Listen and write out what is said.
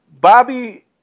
Bobby